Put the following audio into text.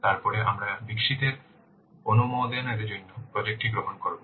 তারপরে আমরা বিকশিতের অনুমোদনের জন্য প্রজেক্ট টি গ্রহণ করব